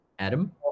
Adam